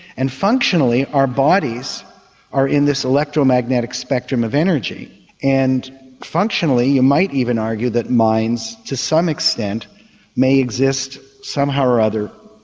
and functionally our bodies are in this electromagnetic spectrum of energy and functionally you might even argue that minds to some extent may exist somehow or other,